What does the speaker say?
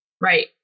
Right